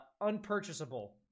Unpurchasable